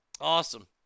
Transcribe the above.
Awesome